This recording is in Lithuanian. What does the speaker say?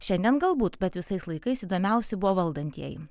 šiandien galbūt bet visais laikais įdomiausi buvo valdantieji